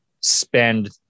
spend